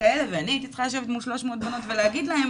כאלה ואני הייתי צריכה לשבת מול 300 בנות ולהגיד להן